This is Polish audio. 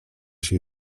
się